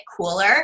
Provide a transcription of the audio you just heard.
cooler